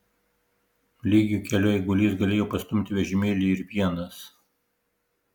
lygiu keliu eigulys galėjo pastumti vežimėlį ir vienas